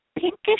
pinkish